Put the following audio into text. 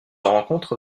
rencontre